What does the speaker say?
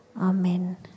Amen